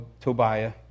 Tobiah